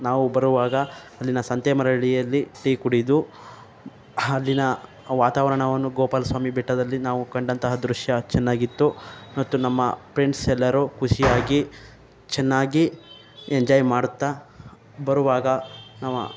ನಾವು ಬರುವಾಗ ಅಲ್ಲಿನ ಸಂತೇಮಾರಳ್ಳಿಯಲ್ಲಿ ಟೀ ಕುಡಿದು ಅಲ್ಲಿನ ವಾತಾವರಣವನ್ನು ಗೋಪಾಲಸ್ವಾಮಿ ಬೆಟ್ಟದಲ್ಲಿ ನಾವು ಕಂಡಂತಹ ದೃಶ್ಯ ಚೆನ್ನಾಗಿತ್ತು ಮತ್ತು ನಮ್ಮ ಪ್ರೆಂಡ್ಸ್ ಎಲ್ಲರೂ ಖುಷಿಯಾಗಿ ಚೆನ್ನಾಗಿ ಎಂಜಾಯ್ ಮಾಡುತ್ತಾ ಬರುವಾಗ ನಾವು